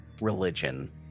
religion